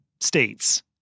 states